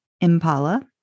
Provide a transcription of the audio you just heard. Impala